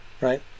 right